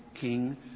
king